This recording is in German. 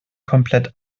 komplett